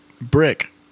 brick